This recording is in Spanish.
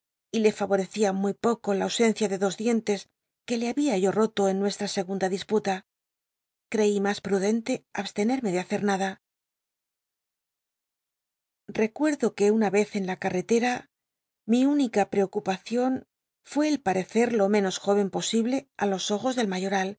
y le favorecía muy poco la ausencia de dos dientes que le había yo roto en nuestta segunda disputa crcí mas pmdcn te abstcnc mc de hacet nada recuerdo que una r cz en la cal'l'ctct'a mi única prcocnpacion fué el parecer lo mcnosjóvcn posible lí los ojos del mayoml